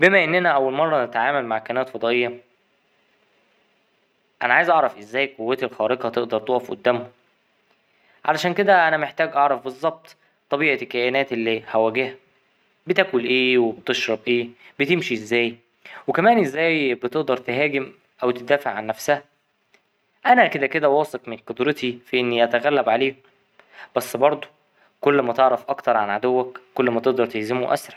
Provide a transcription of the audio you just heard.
بما إننا أول مرة نتعامل مع كائنات فضائية أنا عايز أعرف ازاي قوتي الخارقة تقدر تقف قدامهم علشان كده أنا محتاج أعرف بالظبط طبيعة الكائنات اللي هواجهها بتاكل ايه وبتشرب ايه بتمشي ازاي وكمان ازاي بتقدر تهاجم أو تدافع عن نفسها أنا كده كده واثق من قدرتي في إني أتغلب عليهم بس بردو كل ما تعرف أكتر عن عدوك كل ما تقدر تهزمه أسرع.